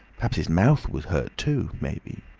perhaps his mouth was hurt too maybe.